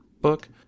book